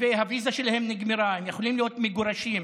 שהוויזה שלהם נגמרה, הם יכולים להיות מגורשים.